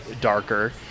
darker